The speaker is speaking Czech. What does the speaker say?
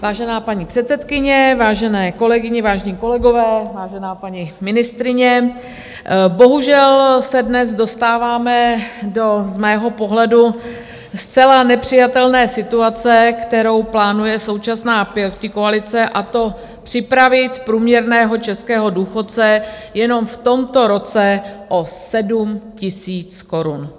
Vážená paní předsedkyně, vážené kolegyně, vážení kolegové, vážená paní ministryně, bohužel se dnes dostáváme z mého pohledu do zcela nepřijatelné situace, kterou plánuje současná pětikoalice, a to připravit průměrného českého důchodce jenom v tomto roce o 7 000 korun.